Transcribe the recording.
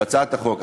בהצעת החוק.